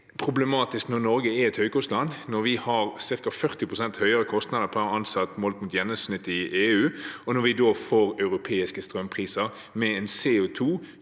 problematisk når Norge er et høykostland, når vi har ca. 40 pst. høyere kostnader per ansatt målt mot gjennomsnittet i EU, og når vi får europeiske strømpriser med en